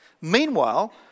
Meanwhile